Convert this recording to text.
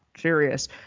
serious